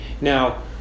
now